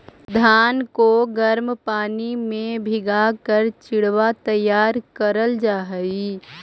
धान को गर्म पानी में भीगा कर चिड़वा तैयार करल जा हई